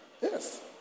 Yes